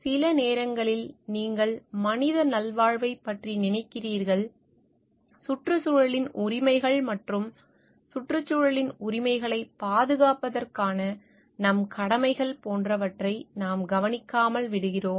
சில நேரங்களில் நீங்கள் மனித நல்வாழ்வைப் பற்றி நினைக்கிறீர்கள் சுற்றுச்சூழலின் உரிமைகள் மற்றும் சுற்றுச்சூழலின் உரிமைகளைப் பாதுகாப்பதற்கான நம் கடமைகள் போன்றவற்றை நாம் கவனிக்காமல் விடுகிறோம்